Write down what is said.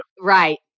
Right